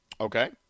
Okay